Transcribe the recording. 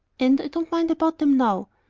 and i don't mind about them nohow.